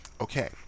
Okay